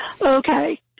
Okay